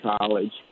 college